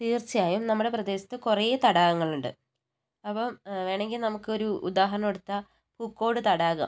തീർച്ചയായും നമ്മുടെ പ്രദേശത്ത് കുറെ തടാകങ്ങൾ ഉണ്ട് അപ്പം വേണമെങ്കിൽ നമുക്കൊരു ഉദാഹരണം എടുത്താൽ പൂക്കോട് തടാകം